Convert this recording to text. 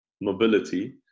mobility